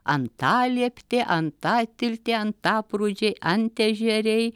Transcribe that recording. antalieptė antatiltė antaprūdžiai antežeriai